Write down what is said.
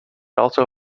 also